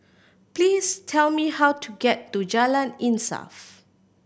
please tell me how to get to Jalan Insaf